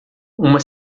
uma